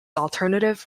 alternative